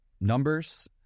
numbers